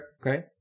okay